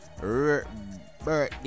birthday